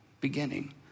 beginning